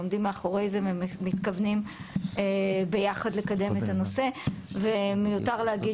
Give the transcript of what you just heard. עומדים מאחורי זה ומתכוונים ביחד לקדם את הנושא ומיותר להגיד